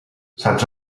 saps